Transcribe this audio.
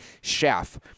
chef